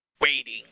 waiting